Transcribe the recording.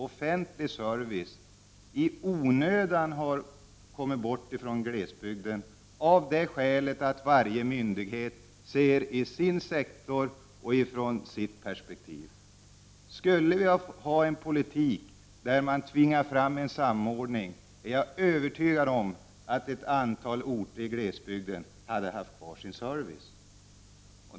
Offentlig service har ju i onödan kommit bort från glesbygden, av det skälet att varje myndighet har sett till sin sektor och från sitt perspektiv. Jag är övertygad om att en politik som hade tvingat fram en samordning skulle ha inneburit att ett antal orter i glesbygden hade haft kvar sin service.